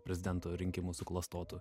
prezidento rinkimus suklastotų